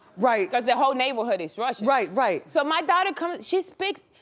right. cause the whole neighborhood is russian. right, right. so my daughter comes, she speaks,